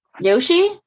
Yoshi